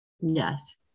Yes